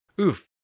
oof